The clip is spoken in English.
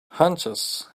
hunches